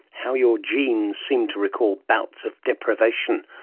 how your genes seem to recall bouts of deprivation,